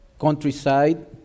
countryside